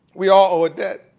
we all owe a debt.